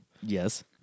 Yes